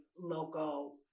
local